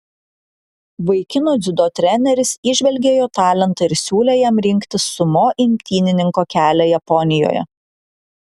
vaikino dziudo treneris įžvelgė jo talentą ir siūlė jam rinktis sumo imtynininko kelią japonijoje